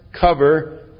cover